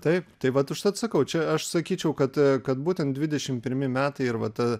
taip tai vat užtat sakau čia aš sakyčiau kad kad būtent dvidešim pirmi metai ir va ta